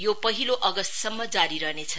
यो पहिलो अगस्तसम्म जारी रहनेछ